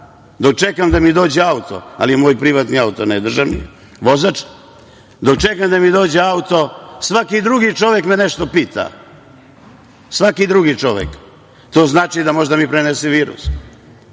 dok čekam da mi dođe auto, ali moj privatni auto, ne državni, vozač, dok čekam da mi dođe auto, svaki drugi čovek me nešto pita i to znači da može da mi prenese virus. Onda